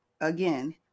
Again